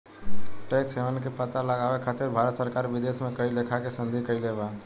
tax haven के पता लगावे खातिर भारत सरकार विदेशों में कई लेखा के संधि कईले बा